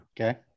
okay